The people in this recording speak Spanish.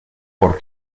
por